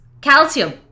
Calcium